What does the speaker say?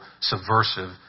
subversive